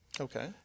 Okay